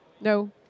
No